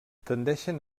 tendeixen